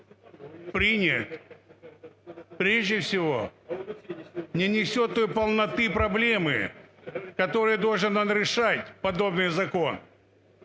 принять, прежде всего, не несет той полноты проблемы, которую должен он решать, подобный закон.